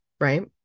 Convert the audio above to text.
right